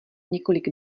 několik